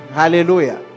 hallelujah